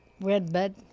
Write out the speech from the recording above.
Redbud